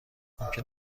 ممکن